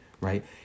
right